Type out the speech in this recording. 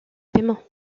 paiement